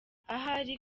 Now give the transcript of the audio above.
ahari